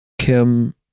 Kim